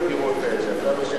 כל הדירות האלה,